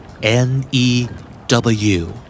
N-E-W